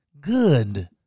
good